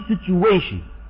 situation